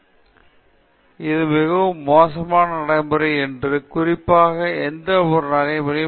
என் பார்வையில் இது மிகவும் மோசமான நடைமுறை என்று குறிப்பாக எந்த ஒரு முறையான மாநாட்டில்